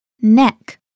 Neck